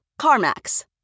CarMax